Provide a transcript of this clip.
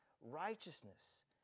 righteousness